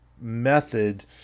method